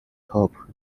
top